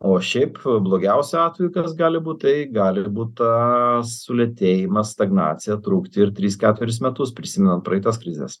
o šiaip blogiausiu atveju kas gali būt tai gali ir būt ta sulėtėjimas stagnacija trukti ir tris keturis metus prisimenant praeitas krizes